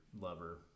lover